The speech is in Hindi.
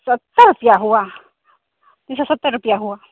सत्तर रुपया हुआ तीन सौ सत्तर रुपया हुआ